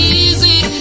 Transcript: easy